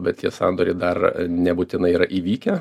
bet tie sandoriai dar nebūtinai yra įvykę